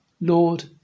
Lord